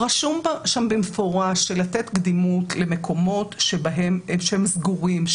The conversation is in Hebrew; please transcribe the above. רשום שם במפורש לתת קדימות למקומות שהם סגורים,